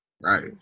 right